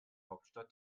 hauptstadt